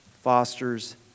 fosters